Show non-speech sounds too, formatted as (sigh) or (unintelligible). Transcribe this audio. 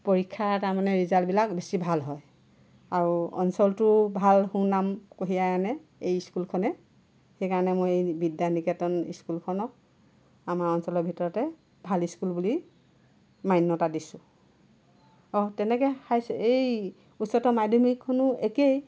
পৰীক্ষাৰ তাৰমানে ৰিজাল্টবিলাক বেছি ভাল হয় আৰু অঞ্চলটোৰ ভাল সুনাম কঢ়িয়াই আনে এই স্কুলখনে সেইকাৰণে মই এই বিদ্যানিকেতন স্কুলখনক আমাৰ অঞ্চলৰ ভিতৰতে ভাল স্কুল বুলি মান্যতা দিছোঁ আৰু তেনেকে (unintelligible) এই উচ্চতৰ মাধ্যমিকখনো একেই